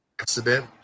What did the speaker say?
accident